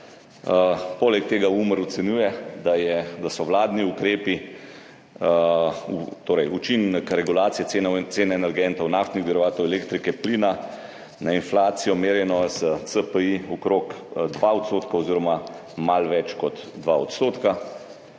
Poleg tega Umar ocenjuje, da so vladni ukrepi, torej učinek regulacije cen energentov, naftnih derivatov, elektrike, plina, na inflacijo, merjeno s CPI, okrog 2 % oziroma malo več kot 2 %. Kot